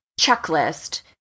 checklist